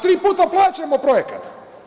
Tri puta plaćamo projekat.